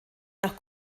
nach